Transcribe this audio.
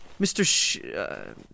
Mr